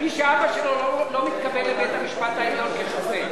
מי שאבא שלו לא מתקבל לבית-המשפט העליון כשופט.